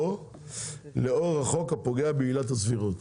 או לאור החוק הפוגע בעילת הסבירות.